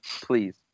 please